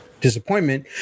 disappointment